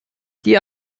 die